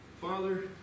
Father